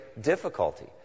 difficulty